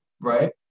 right